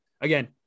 Again